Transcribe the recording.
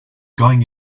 going